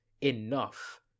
enough